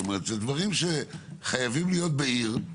הם דברים שחייבים להיות בעיר,